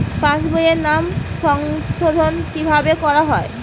পাশ বইয়ে নাম সংশোধন কিভাবে করা হয়?